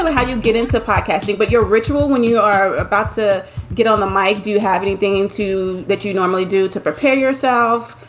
and how you get into podcasting, what your ritual when you are about to get on the mike? do you have anything to that you normally do to prepare yourself?